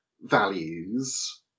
values